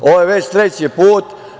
Ovo je već treći put.